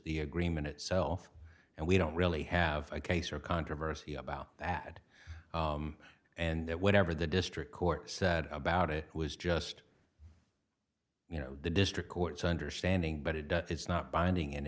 the agreement itself and we don't really have a case or controversy about that and that whatever the district court said about it was just you know the district courts understanding but it does it's not binding